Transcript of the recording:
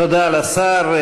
תודה לשר.